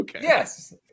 Yes